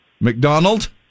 mcdonald